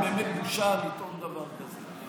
הרי זה באמת בושה לטעון דבר כזה.